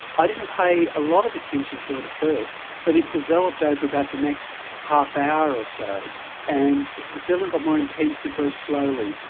i didn't pay a lot of attention to it at first but it developed over about the next half hour or so and the feeling got more intense but very slowly.